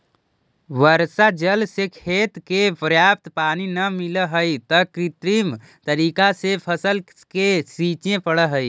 वर्षा जल से खेत के पर्याप्त पानी न मिलऽ हइ, त कृत्रिम तरीका से फसल के सींचे पड़ऽ हइ